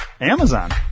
Amazon